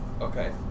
Okay